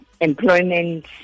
employment